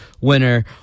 winner